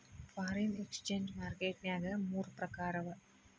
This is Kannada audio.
ಫಾರಿನ್ ಎಕ್ಸ್ಚೆಂಜ್ ಮಾರ್ಕೆಟ್ ನ್ಯಾಗ ಮೂರ್ ಪ್ರಕಾರವ